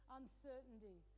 uncertainty